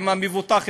אם המבוטח,